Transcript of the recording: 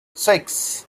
six